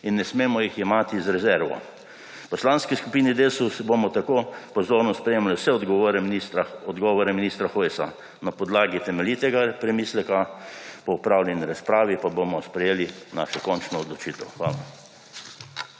in ne smemo jih jemati z rezervo. V Poslanski skupini Desus bomo tako pozorno spremljali vse odgovore ministra Hojsa. Na podlagi temeljitega premisleka po opravljeni razpravi pa bomo sprejeli našo končno odločitev. Hvala.